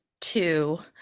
two